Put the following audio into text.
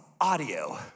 audio